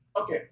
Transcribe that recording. Okay